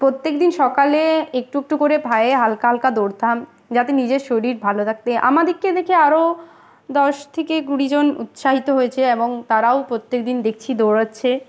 প্রত্যেক দিন সকালে একটু একটু করে পায়ে হালকা হালকা দৌড়তাম যাতে নিজের শরীর ভালো থাকতে আমাদিকে দেখে আরও দশ থেকে কুড়ি জন উৎসাহিত হয়েছে এবং তারাও প্রত্যেকদিন দেখছি দৌড়াচ্ছে